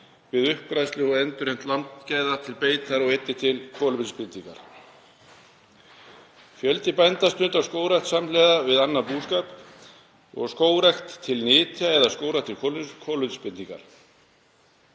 við uppgræðslu og endurheimt landgæða til beitar og einnig til kolefnisbindingar. Fjöldi bænda stundar skógrækt samhliða við annan búskap og skógrækt til nytja eða skógrækt til kolefnisbindingar.